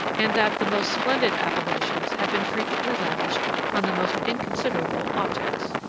and that the most splendid appellations have been frequently lavished on the most inconsiderable objects.